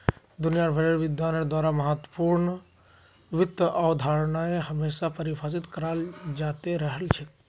दुनिया भरेर विद्वानेर द्वारा महत्वपूर्ण वित्त अवधारणाएं हमेशा परिभाषित कराल जाते रहल छे